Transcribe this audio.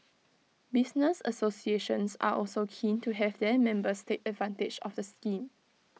business associations are also keen to have their members take advantage of the scheme